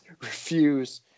refuse